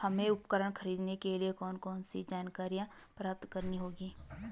हमें उपकरण खरीदने के लिए कौन कौन सी जानकारियां प्राप्त करनी होगी?